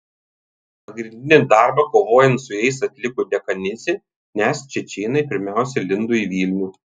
pagrindinį darbą kovojant su jais atliko dekanidzė nes čečėnai pirmiausia lindo į vilnių